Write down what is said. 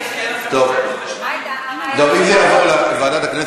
אם זה יעבור לוועדת הכנסת,